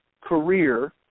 career